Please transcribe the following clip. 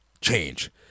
change